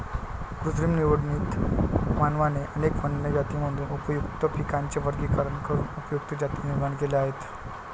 कृत्रिम निवडीत, मानवाने अनेक वन्य जातींमधून उपयुक्त पिकांचे वर्गीकरण करून उपयुक्त जाती निर्माण केल्या आहेत